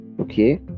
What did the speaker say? okay